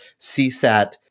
CSAT